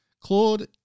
Claude